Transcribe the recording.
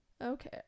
okay